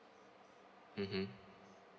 mmhmm